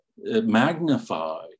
magnify